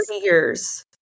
years